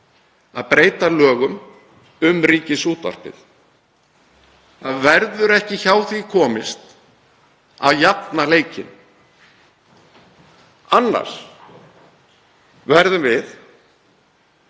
að breyta lögum um Ríkisútvarpið. Það verður ekki hjá því komist að jafna leikinn. Annars verðum við